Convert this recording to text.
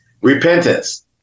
repentance